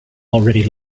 already